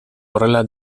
horrela